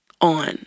on